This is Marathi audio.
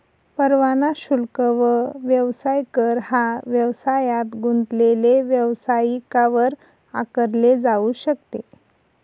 परवाना शुल्क व व्यवसाय कर हा व्यवसायात गुंतलेले व्यावसायिकांवर आकारले जाऊ शकते